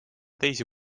teisi